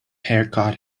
haircut